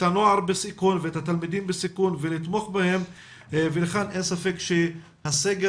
הנוער בסיכון ואת התלמידים בסיכון ולתמוך בהם ולכן אין ספק שהסגר